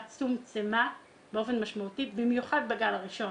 צומצמה באופן משמעותי במיוחד בגל הראשון.